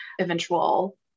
eventual